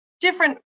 Different